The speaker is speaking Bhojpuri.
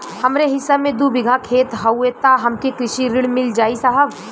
हमरे हिस्सा मे दू बिगहा खेत हउए त हमके कृषि ऋण मिल जाई साहब?